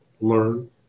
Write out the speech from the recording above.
learn